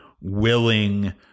willing